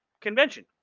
convention